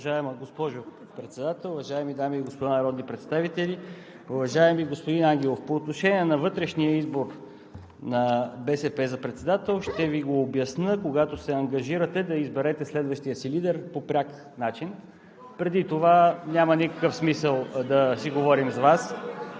Уважаема госпожо Председател, уважаеми дами и господа народни представители! Уважаеми господин Ангелов, по отношение на вътрешния избор за председател на БСП – ще Ви го обясня, когато се ангажирате да изберете следващия си лидер по пряк начин. Преди това няма никакъв смисъл да си говорим с Вас.